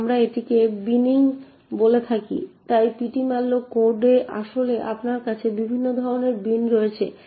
তাই আমরা এটিকে বিনিং বলে থাকি তাই ptmalloc কোডে আসলে আপনার কাছে বিভিন্ন ধরণের বিন রয়েছে